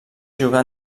jugar